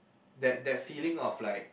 that that feeling of like